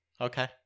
Okay